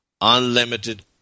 unlimited